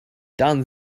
down